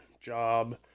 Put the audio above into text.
job